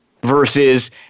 Versus